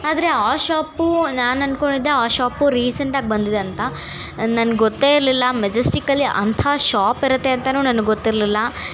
ಆದರೆ ಆ ಶಾಪು ನಾನು ಅಂದ್ಕೊಂಡಿದ್ದೆ ಆ ಶಾಪು ರೀಸೆಂಟಾಗಿ ಬಂದಿದೆ ಅಂತ ನನಗೊತ್ತೇ ಇರಲಿಲ್ಲ ಮೆಜೆಸ್ಟಿಕ್ಕಲ್ಲಿ ಅಂಥ ಶಾಪಿರತ್ತೆ ಅಂತಲೂ ನನಗೆ ಗೊತ್ತಿರಲಿಲ್ಲ